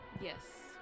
Yes